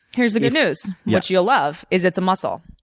here's the good news, which you'll love, is it's a muscle.